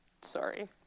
sorry